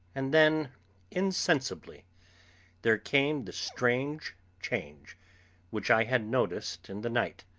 and then insensibly there came the strange change which i had noticed in the night.